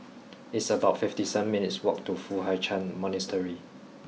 it's about fifty seven minutes' walk to Foo Hai Ch'an Monastery